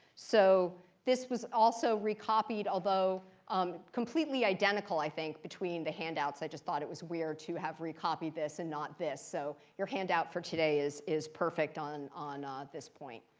so this was also re-copied, although um completely identical, i think, between the handouts. i just thought it was weird to have re-copied this and not this. so your handout for today is is perfect on on this point.